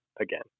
again